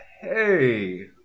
Hey